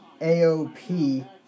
AOP